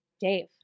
Dave